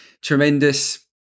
tremendous